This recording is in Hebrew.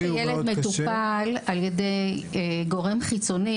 כשילד מטופל על ידי גורם חיצוני,